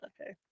okay